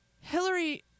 Hillary